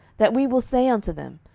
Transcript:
that we will say unto them,